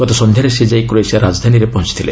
ଗତ ସଂଧ୍ୟାରେ ସେ ଯାଇ କ୍ରୋଏସିଆ ରାଜଧାନୀରେ ପହଞ୍ଚଥିଲେ